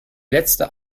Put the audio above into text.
letzte